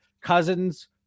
Cousins